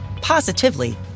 positively